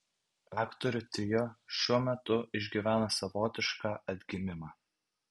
aktorių trio šiuo metu išgyvena savotišką atgimimą